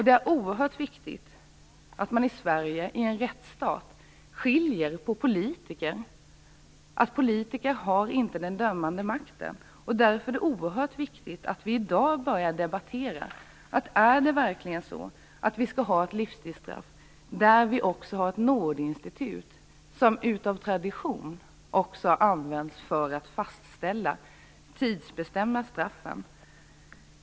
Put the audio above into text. Det är oerhört viktigt att man i en rättsstat som Sverige skiljer saker åt - politiker har inte den dömande makten. Vi bör i dag börja debattera om vi verkligen skall ha ett livstidsstraff där ett Nådeinstitut av tradition används för att tidsbestämma straffen.